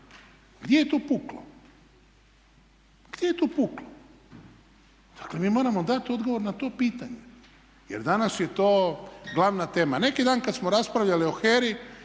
gdje je tu puklo. Gdje je tu puklo? Dakle, mi moramo dat odgovor na to pitanje jer danas je to glavna tema. Neki dan kad smo raspravljali o HERA-i